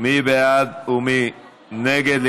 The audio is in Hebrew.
מי בעד ומי נגד?